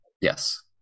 Yes